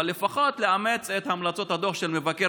אבל לפחות לאמץ את המלצות הדוח של מבקר